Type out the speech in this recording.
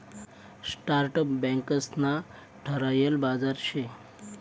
startup banks ना ठरायल बाजार शे